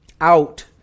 out